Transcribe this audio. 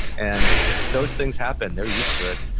and those things happen. they are used to it,